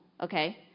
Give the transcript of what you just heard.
okay